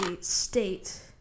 state